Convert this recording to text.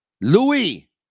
Louis